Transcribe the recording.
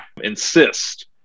insist